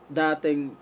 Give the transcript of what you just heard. dating